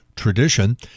tradition